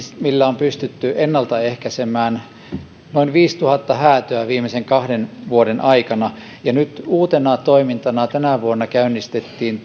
millä on pystytty ennaltaehkäisemään noin viisituhatta häätöä viimeisten kahden vuoden aikana ja nyt uutena toimintana tänä vuonna käynnistettiin